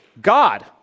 God